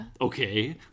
okay